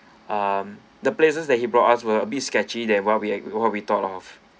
um the places that he brought us will be sketchy than what we what we thought of